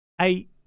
eight